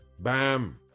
Bam